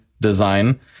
design